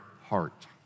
heart